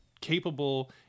capable